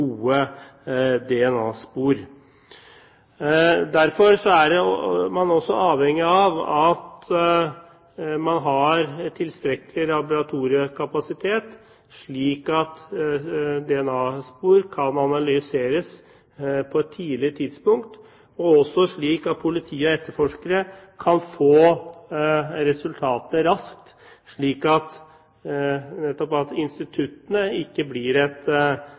Derfor er man også avhengig av at man har tilstrekkelig laboratoriekapasitet, slik at DNA-spor kan analyseres på et tidlig tidspunkt, og også slik at politi og etterforskere kan få resultatet raskt, for at nettopp instituttene ikke